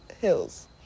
hills